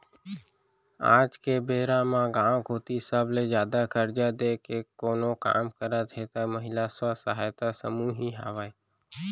आज के बेरा म गाँव कोती सबले जादा करजा देय के कोनो काम करत हे त महिला स्व सहायता समूह ही हावय